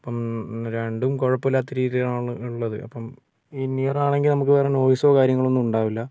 ഇപ്പം രണ്ടും കുഴപ്പം ഇല്ലാത്ത രീതിയിലാണ് ഉള്ളത് അപ്പം ഇൻ ഇയർ ആണെങ്കിൽ നമുക്ക് വേറെ നോയിസോ കാര്യങ്ങളൊന്നും ഉണ്ടാവില്ല